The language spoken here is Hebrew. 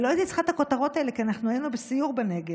לא הייתי צריכה את הכותרות האלה כי אנחנו היינו בסיור בנגב,